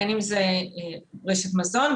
בין אם זו רשת מזון,